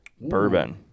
bourbon